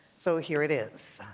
so here it is.